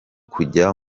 kujya